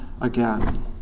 again